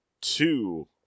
two